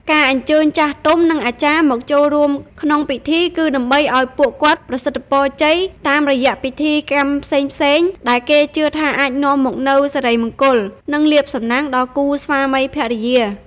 ការអញ្ជើញចាស់ទុំ និងអាចារ្យមកចូលរួមក្នុងពិធី គឺដើម្បីឱ្យពួកគាត់ប្រសិទ្ធិពរជ័យតាមរយៈពិធីកម្មផ្សេងៗ ដែលគេជឿថាអាចនាំមកនូវសិរីមង្គល និងលាភសំណាងដល់គូស្វាមីភរិយា ។